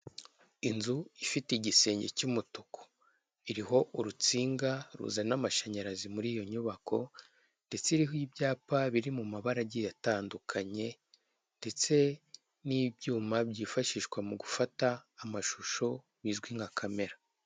Inzu ifite igisenge cy'umutuku, iriho urutsinga ruzana amashanyarazi muri iyo nyubako, ndetse iriho ibyapa biri mu mabara agiye atandukanye, ndetse n'ibyuma byifashishwa mu gufata amashusho bizwi nka kamera.